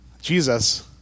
Jesus